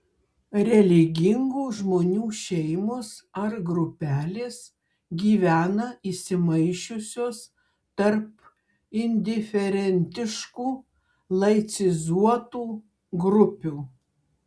religingų žmonių šeimos ar grupelės gyvena įsimaišiusios tarp indiferentiškų laicizuotų grupių